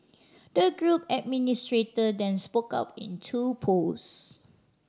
the group administrator then spoke up in two posts